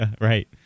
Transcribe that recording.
Right